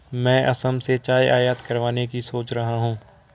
मैं असम से चाय आयात करवाने की सोच रहा हूं